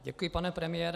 Děkuji, pane premiére.